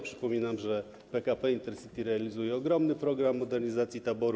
Przypominam, że PKP Intercity realizuje ogromny program modernizacji taboru.